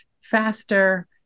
faster